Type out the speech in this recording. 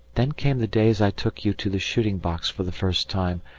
then came the days i took you to the shooting-box for the first time,